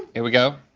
here we go.